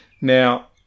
Now